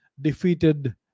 defeated